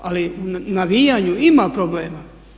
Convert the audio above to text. Ali u navijanju ima problema.